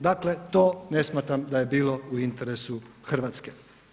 Dakle to ne smatram da je bilo u interesu Hrvatske.